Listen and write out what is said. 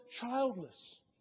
childless